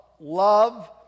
Love